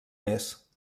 més